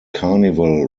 carnival